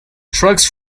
tracks